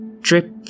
drip